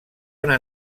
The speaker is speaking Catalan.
una